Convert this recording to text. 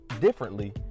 differently